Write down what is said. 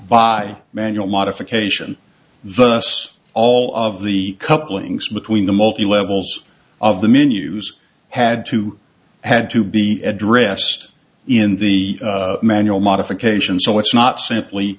by manual modification thus all of the couplings between the multi levels of the menus had to had to be addressed in the manual modifications so it's not simply